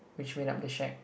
which made up the shack